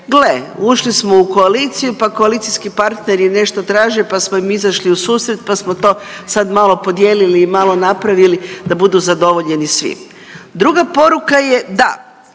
gle, ušli smo u koaliciju, pa koalicijski partneri nešto traže, pa smo im izašli u susret pa smo to sad malo podijelili i malo napravili da budu zadovoljeni svi. Druga poruka je da,